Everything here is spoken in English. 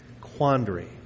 quandary